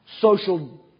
social